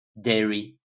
dairy